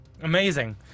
Amazing